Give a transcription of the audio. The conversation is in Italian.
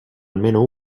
almeno